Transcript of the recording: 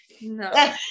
no